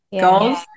goals